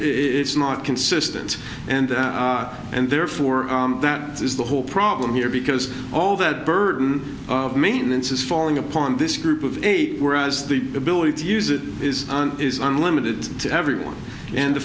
is not consistent and and therefore that is the whole problem here because all that burden of maintenance is falling upon this group of eight whereas the ability to use it is and is unlimited to everyone and the